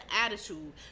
attitude